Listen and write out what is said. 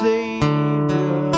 Savior